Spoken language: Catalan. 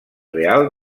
real